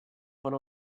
one